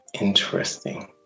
interesting